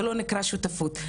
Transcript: זה לא נקרא שותפות,